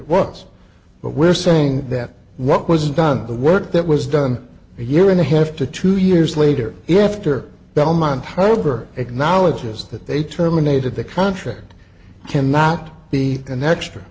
but we're saying that what was done the work that was done a year and a half to two years later after belmont holder acknowledges that they terminated the contract cannot be an extra